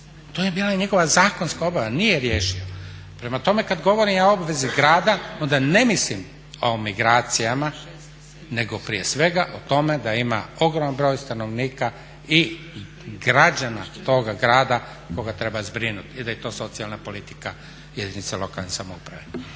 To je bila i njegova zakonska obaveza, nije riješio. Prema tome, kad govorim o obvezi grada onda ne mislim o migracijama nego prije svega o tome da ima ogroman broj stanovnika i građana toga grada koje treba zbrinuti jer je to socijalna politika jedinica lokalne samouprave.